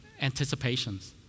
anticipations